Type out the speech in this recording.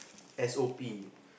S O P